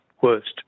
worst